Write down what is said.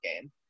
game